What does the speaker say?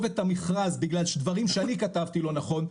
את המכרז בגלל דברים שאני כתבתי לא נכון,